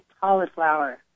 cauliflower